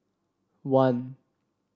one